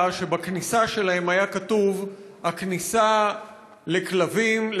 שבכניסה שלהן היה כתוב: הכניסה לכלבים,